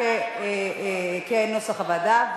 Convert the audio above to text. כנוסח הוועדה.